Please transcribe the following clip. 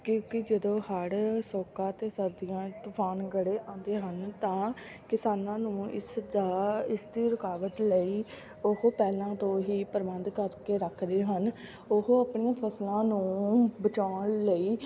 ਕਿਉਂਕਿ ਜਦੋਂ ਹੜ੍ਹ ਸੋਕਾ ਅਤੇ ਸਰਦੀਆਂ ਤੂਫ਼ਾਨ ਗੜ੍ਹੇ ਆਉਂਦੇ ਹਨ ਤਾਂ ਕਿਸਾਨਾਂ ਨੂੰ ਇਸ ਦਾ ਇਸਦੀ ਰੁਕਾਵਟ ਲਈ ਉਹ ਪਹਿਲਾਂ ਤੋਂ ਹੀ ਪ੍ਰਬੰਧ ਕਰਕੇ ਰੱਖਦੇ ਹਨ ਉਹ ਆਪਣੀਆਂ ਫਸਲਾਂ ਨੂੰ ਬਚਾਉਣ ਲਈ